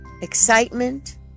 excitement